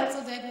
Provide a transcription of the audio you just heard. אתה צודק,